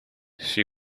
she